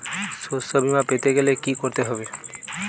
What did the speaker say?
শষ্যবীমা পেতে গেলে কি করতে হবে?